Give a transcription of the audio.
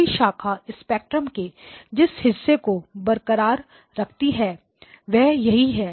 तीसरी शाखा स्पेक्ट्रम के जिस हिस्से को बरकरार रखती है वह यहीं से है